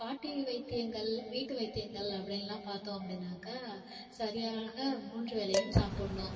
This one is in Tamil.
பாட்டி வைத்தியங்கள் வீட்டு வைத்தியங்கள் அப்படின்லாம் பார்த்தோம் அப்படின்னாக்கா சரியாக மூன்று வேளையும் சாப்பிட்ணும்